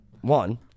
one